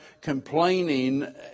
complaining